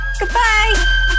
goodbye